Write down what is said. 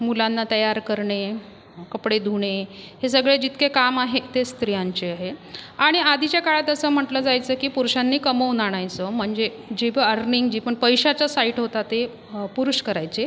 मुलांना तयार करणे कपडे धुणे हे सगळे जितके काम आहे ते स्त्रियांचे आहे आणि आधीच्या काळात असं म्हटलं जायचं की पुरुषांनी कमवून आणायचं म्हणजे जे पण अर्निंग जे पण पैशाचं साईट होता ते पुरुष करायचे